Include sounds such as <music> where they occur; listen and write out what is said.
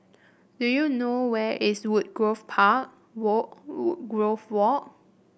do you know where is Woodgrove park wall <unintelligible> Walk